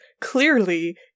clearly